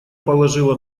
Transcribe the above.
положила